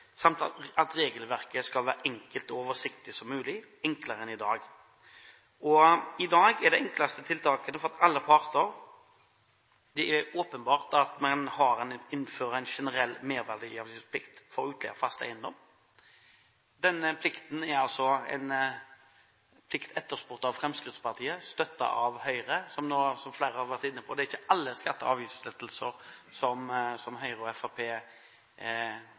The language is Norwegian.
samt at regelverket skal være så enkelt og oversiktlig som mulig, og enklere enn i dag. I dag er det enkleste tiltaket for alle parter åpenbart at man innfører en generell merverdiavgiftsplikt for utleie av fast eiendom. Den plikten er altså en plikt etterspurt av Fremskrittspartiet støttet av Høyre. Som flere har vært inne på: Det er ikke alle skatte- og avgiftslettelser som Høyre og